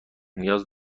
نیاز